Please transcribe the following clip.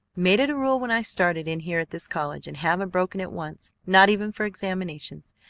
made it a rule when i started in here at this college, and haven't broken it once, not even for examinations.